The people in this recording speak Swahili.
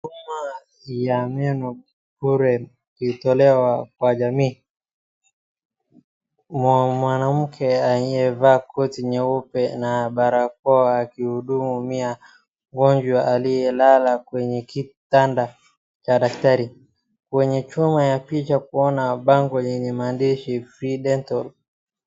Huduma ya meno bure ilitolewa kwa jamii. Mwanamke aliyevaa koti nyeupe na barakoa akiudumia mgonjwa aliyelala kwenye kitanda cha daktari. Kwenye chuma ya picha kuna kibango lenye maandishi FREE DENTAL